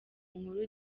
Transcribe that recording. nkuru